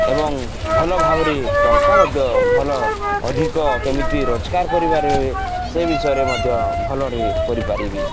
ଏବଂ ଭଲ ଭାବରେ ଟଙ୍କା ମଧ୍ୟ ଭଲ ଅଧିକ କେମିତି ରୋଜଗାର କରିବାରେ ହୁଏ ସେ ବିଷୟରେ ମଧ୍ୟ ଭଲରେ କରିପାରିବି